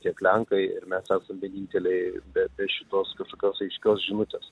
tiek lenkai ir mes esam vieninteliai be šitos kažkokios aiškios žinutės